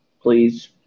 please